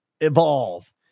evolve